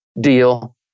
deal